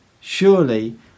Surely